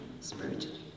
spiritually